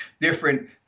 different